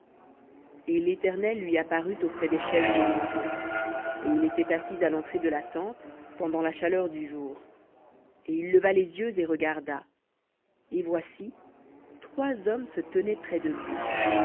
et l'éternel lui apparut auprès des chênes de mamré et il était assis à l'entrée de la tente pendant la chaleur du jour et il leva les yeux et regarda et voici trois hommes se tenaient près de lui